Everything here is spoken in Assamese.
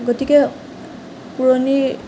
গতিকে পুৰণি